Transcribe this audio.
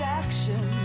action